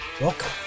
Welcome